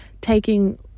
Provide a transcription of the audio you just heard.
taking